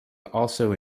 also